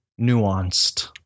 nuanced